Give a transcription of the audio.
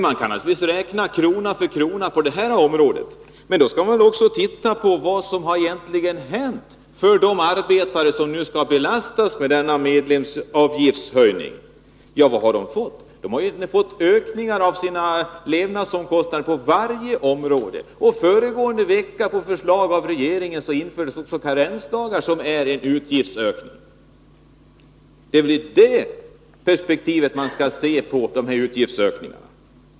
Man kan givetvis räkna krona för krona på det här området, men då skall man också se på vad som egentligen har hänt för de arbetare som nu skall belastas med denna medlemsavgiftshöjning. Vad har de fått? De har fått ökningar av sina levnadsomkostnader på varje område. Föregående vecka infördes, på förslag av regeringen, s.k. karensdagar, som innebär en utgiftsökning. Det är i det perspektivet man skall se de här utgiftsökningarna.